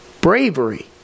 bravery